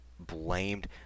blamed